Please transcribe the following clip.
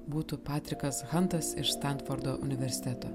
būtų patrikas hantas iš stamfordo universiteto